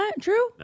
true